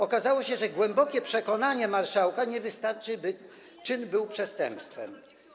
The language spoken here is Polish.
Okazało się, że głębokie przekonanie marszałka nie wystarczy, by czyn był przestępstwem.